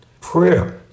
Prayer